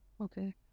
Okay